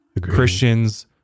Christians